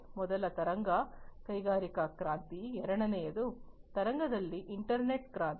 ಮೊದಲ ತರಂಗ ಕೈಗಾರಿಕಾ ಕ್ರಾಂತಿ ಎರಡನೇ ತರಂಗದಲ್ಲಿ ಇಂಟರ್ನೆಟ್ ಕ್ರಾಂತಿ